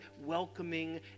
welcoming